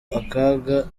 akaga